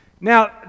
Now